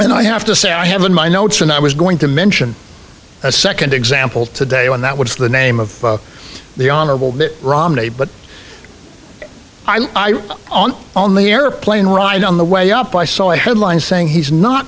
and i have to say i haven't my notes and i was going to mention a second example today when that was the name of the honorable romney but i was on on the airplane ride on the way up i saw a headline saying he's not